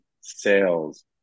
sales